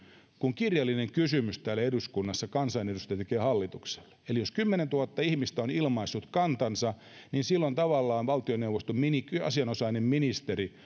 eduskunnassa kirjallinen kysymys jonka kansanedustaja tekee hallitukselle eli jos kymmenentuhatta ihmistä on ilmaissut kantansa niin silloin tavallaan valtioneuvoston asianosainen ministeri